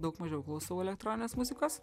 daug mažiau klausau elektroninės muzikos